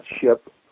ship